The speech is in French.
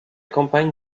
campagne